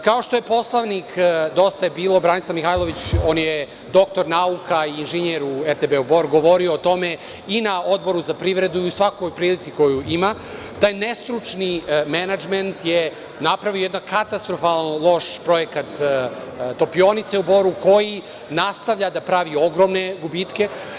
Kao što je poslanik „Dosta je bilo“, Branislav Mihajlović, on je doktor nauka i inženjer u RTB Bor, govorio o tome i na Odboru za privredu i u svakoj prilici koju ima, taj nestručni menadžment je napravio jedan katastrofalno loš projekat topionice u Boru, koji nastavlja da pravi ogromne gubitke.